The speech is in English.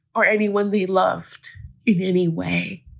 or anyone they loved in any way.